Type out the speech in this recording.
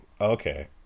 okay